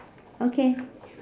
okay